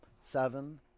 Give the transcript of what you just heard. seven